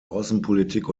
außenpolitik